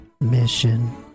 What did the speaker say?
mission